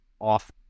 off